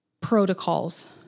protocols